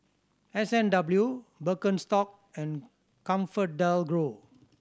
S and W Birkenstock and ComfortDelGro